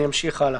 אני אמשיך הלאה.